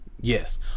yes